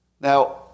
Now